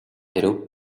ирэв